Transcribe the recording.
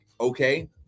okay